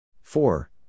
four